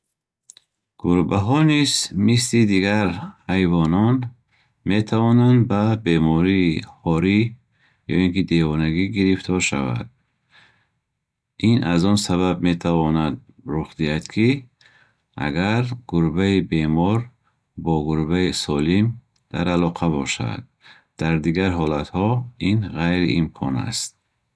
Гурбаҳо низ мисли дигар ҳайвонон метавонанд ба бемории ҳорӣ, ё ин ки девонагӣ гирифтор шаванд. Ин аз он сабаб метавонад рух диҳад, ки агар гурбаи бемор бо гурбаи солим дар алоқа бошад. Дар дигар ҳолатҳо ин ғайриимкон аст.